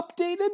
updated